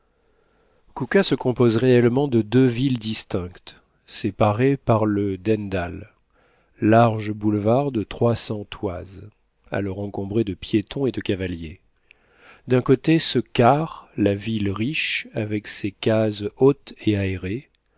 kouka se compose réellement de deux villes distinctes séparées par le dendal large boulevard de trois cents toises alors encombré de piétons et de cavaliers d'un côté se carre la ville riche avec ses cases hautes et aérées